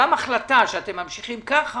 גם החלטה שאתם ממשיכים כך,